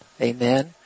Amen